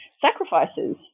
sacrifices